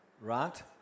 Right